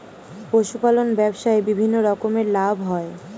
পশুপালন ব্যবসায় বিভিন্ন রকমের লাভ হয়